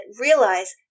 realize